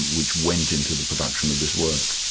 which went into the production of this work.